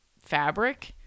fabric